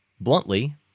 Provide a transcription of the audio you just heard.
bluntly